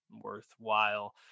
worthwhile